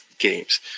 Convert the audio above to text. games